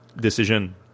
decision